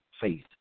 faith